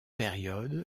période